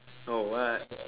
oh what